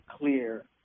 clear